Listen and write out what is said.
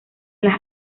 las